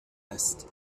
است